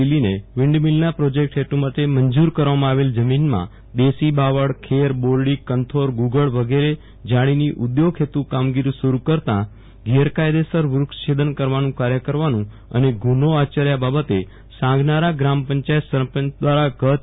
દિલ્હીને વિન્ડમીલના પ્રોજેકટ હેતુ માટે મંજૂર કરવામાં આવેલ જમીનમાં દેશી બાવળ ખેર બોરડી કંધોર ગુગળ વગેરે ઝાડીની ઉદ્યોગ હેતુ કામગીરી શરૂ કરતાં ગેરકાયદેસર વૃક્ષ છેદન કરવાનું કાર્ય કરવાનું અને ગુનો આચર્યા બાબતે સાંગનારા ગ્રામ પંચાયત સરપંચ દ્વારા ગત તા